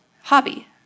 hobby